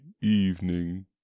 evening